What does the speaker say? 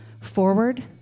forward